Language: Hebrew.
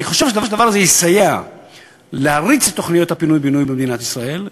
אני חושב שהדבר הזה יסייע להריץ את תוכניות הפינוי-בינוי במדינת ישראל,